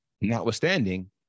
Notwithstanding